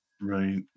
Right